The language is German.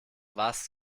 was